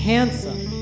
Handsome